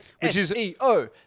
S-E-O